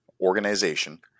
organization